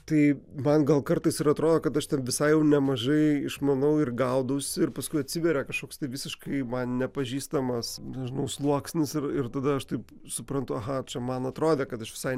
tai man gal kartais ir atrodo kad aš ten visai jau nemažai išmanau ir gaudausi paskui atsiveria kažkoks tai visiškai man nepažįstamas nežinau sluoksnis ir ir tada aš taip suprantu aha čia man atrodė kad aš visai